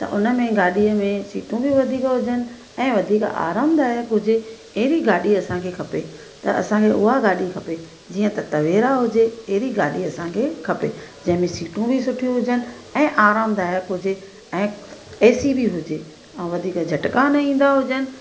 त उन में गाॾीअ में सीटूं बि वधीक हुजनि ऐं वधीक आरामदायक हुजे अहिड़ी गाॾी असांखे खपे त असांखे उहा गाॾी खपे जीअं त तवेरा हुजे एढ़ी गाॾी असांखे खपे जंहिंमें सीटूं बि सुठियूं हुजनि ऐं आरामदायक हुजे ऐं एसी बि हुजे ऐं वधीक झटिका न ईंदा हुजनि